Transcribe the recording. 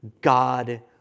God